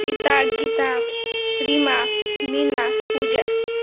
Sita Gita Rima Mina Puja